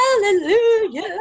Hallelujah